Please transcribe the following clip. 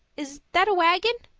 is that a wagon?